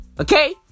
Okay